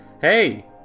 hey